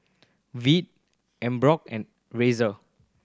Veet Emborg and Razer